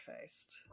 faced